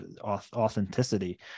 authenticity